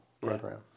program